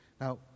Now